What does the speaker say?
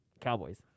Cowboys